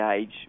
age